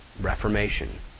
Reformation